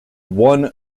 one